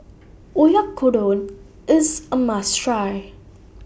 Oyakodon IS A must Try